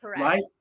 right